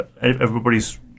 Everybody's